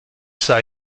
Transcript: sei